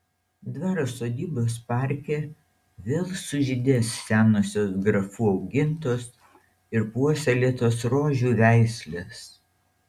dvaro sodybos parke vėl sužydės senosios grafų augintos ir puoselėtos rožių veislės